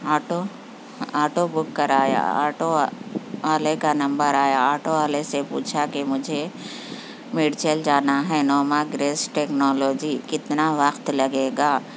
auto auto book کرایا auto والے کا نمبر آیا آٹو والے سے پوچھا کہ مجھے میڈیچل جانا ہے نوماگریس ٹیکنالوجی کتنا وقت لگے گا